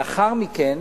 לאחר מכן